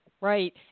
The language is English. right